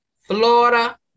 Florida